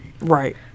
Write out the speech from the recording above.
Right